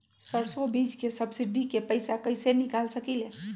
सरसों बीज के सब्सिडी के पैसा कईसे निकाल सकीले?